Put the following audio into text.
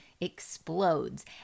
explodes